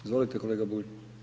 Izvolite kolega Bulj.